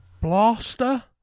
Blaster